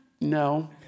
No